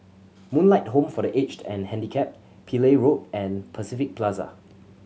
Moonlight Home for The Aged and Handicapped Pillai Road and Pacific Plaza